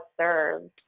served